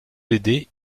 aider